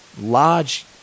large